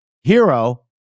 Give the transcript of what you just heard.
hero